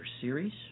Series